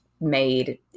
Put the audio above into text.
made